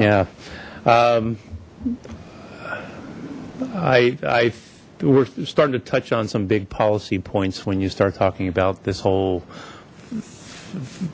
yeah i started to touch on some big policy points when you start talking about this whole